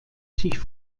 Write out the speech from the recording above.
sich